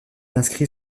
inscrit